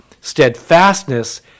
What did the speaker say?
steadfastness